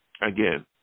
Again